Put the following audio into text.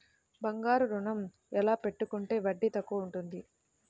బంగారు ఋణం ఎలా పెట్టుకుంటే వడ్డీ తక్కువ ఉంటుంది?